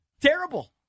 Terrible